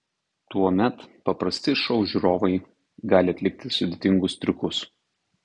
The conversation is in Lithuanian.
tuomet paprasti šou žiūrovai gali atlikti sudėtingus triukus